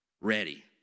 ready